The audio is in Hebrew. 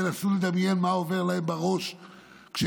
תנסו לדמיין מה עובר להם בראש כשהם